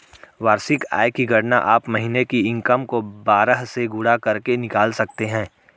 वार्षिक आय की गणना आप महीने की इनकम को बारह से गुणा करके निकाल सकते है